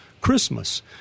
Christmas